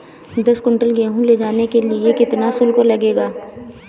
दस कुंटल गेहूँ ले जाने के लिए कितना शुल्क लगेगा?